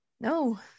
No